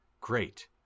great